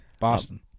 Boston